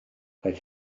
rhaid